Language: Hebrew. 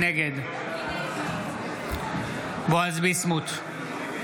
נגד בועז ביסמוט,